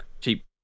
cheap